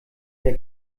der